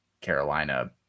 Carolina